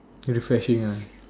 refreshing ah